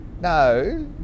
no